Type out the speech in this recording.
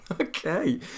Okay